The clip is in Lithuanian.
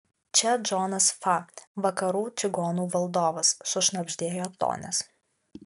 čia džonas fa vakarų čigonų valdovas sušnabždėjo tonis